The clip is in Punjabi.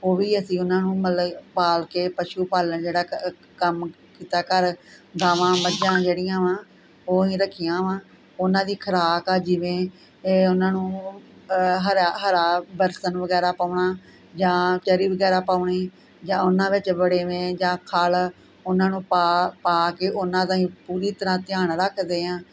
ਉਹ ਵੀ ਅਸੀਂ ਉਨ੍ਹਾਂ ਨੂੰ ਮਤਲਬ ਪਾਲ ਕੇ ਪਸ਼ੂ ਪਾਲਣ ਜਿਹੜਾ ਕੰਮ ਕਿੱਤਾ ਘਰ ਗਾਵਾਂ ਮੱਝਾਂ ਜਿਹੜੀਆਂ ਵਾਂ ਉਹ ਅਸੀਂ ਰੱਖੀਆਂ ਵਾਂ ਉਨ੍ਹਾਂ ਦੀ ਖੁਰਾਕ ਆ ਜਿਵੇਂ ਉਨ੍ਹਾਂ ਨੂੰ ਹਰਾ ਹਰਾ ਬਰਸਨ ਵਗੈਰਾ ਪਾਉਣਾ ਜਾਂ ਚਰੀ ਵਗੈਰਾ ਪਾਉਣੀ ਜਾਂ ਉਨ੍ਹਾਂ ਵਿੱਚ ਵੜੇਵੇਂ ਜਾਂ ਖਲ਼ ਉਨ੍ਹਾਂ ਨੂੰ ਪਾ ਪਾ ਕੇ ਉਨ੍ਹਾਂ ਦਾ ਅਸੀਂ ਪੂਰੀ ਤਰ੍ਹਾਂ ਧਿਆਨ ਰੱਖਦੇ ਹਾਂ